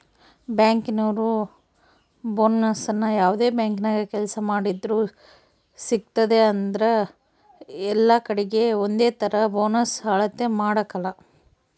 ಬ್ಯಾಂಕಿನೋರು ಬೋನಸ್ನ ಯಾವ್ದೇ ಬ್ಯಾಂಕಿನಾಗ ಕೆಲ್ಸ ಮಾಡ್ತಿದ್ರೂ ಸಿಗ್ತತೆ ಆದ್ರ ಎಲ್ಲಕಡೀಗೆ ಒಂದೇತರ ಬೋನಸ್ ಅಳತೆ ಮಾಡಕಲ